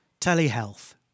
Telehealth